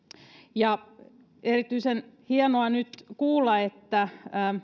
ja erityisen hienoa nyt kuulla että